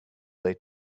they